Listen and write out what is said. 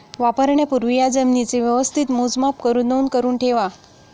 वापरण्यापूर्वी या जमीनेचे व्यवस्थित मोजमाप करुन नोंद करुन ठेवा